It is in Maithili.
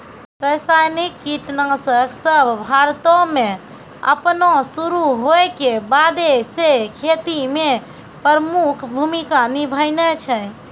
रसायनिक कीटनाशक सभ भारतो मे अपनो शुरू होय के बादे से खेती मे प्रमुख भूमिका निभैने छै